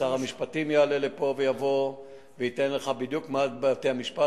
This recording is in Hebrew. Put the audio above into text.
שר המשפטים יעלה לפה ויבוא וייתן לך בדיוק מה בתי-המשפט,